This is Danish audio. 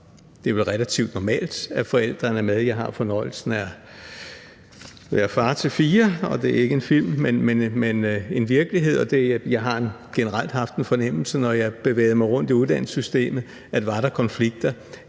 det vel er relativt normalt, at forældrene er med. Jeg har fornøjelsen af at være far til fire – det er ikke en film, men virkelighed – og når jeg har bevæget mig rundt i uddannelsessystemet, har jeg generelt